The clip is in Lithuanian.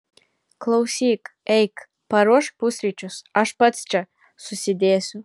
klausyk eik paruošk pusryčius aš pats čia susidėsiu